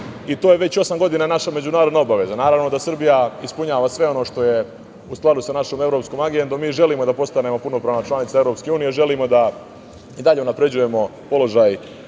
To je već osam godina naša međunarodna obaveza. Naravno da Srbija ispunjava sve ono što je u skladu sa našom evropskom agendom. Mi želimo da postanemo punopravna članica EU, želimo da i dalje unapređujemo položaj